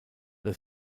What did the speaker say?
the